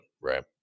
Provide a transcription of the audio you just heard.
Right